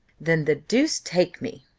then the deuce take me,